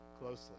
closely